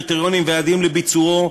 קריטריונים ויעדים לביצועו,